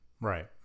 Right